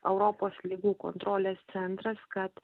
europos ligų kontrolės centras kad